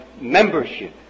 membership